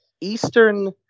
Eastern